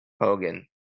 Hogan